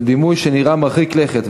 זהו דימוי שנראה מרחיק לכת,